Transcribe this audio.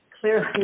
clearly